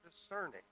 discerning